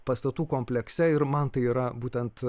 pastatų komplekse ir man tai yra būtent